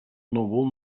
núvol